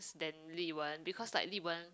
than Li-wen because like Li-wen